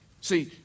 See